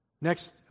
Next